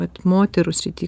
vat moterų srity